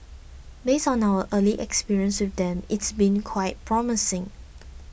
based on our early experience with them it's been quite promising